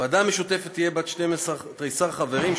הוועדה המשותפת תהיה בת תריסר חברים,